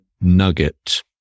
Nugget